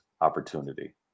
opportunity